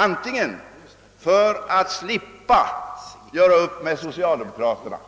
Antingen ville de av taktiska skäl slippa göra upp med socialdemokraterna